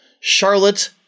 Charlotte